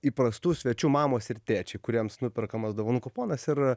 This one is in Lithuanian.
įprastų svečių mamos ir tėčiai kuriems nuperkamas dovanų kuponas ir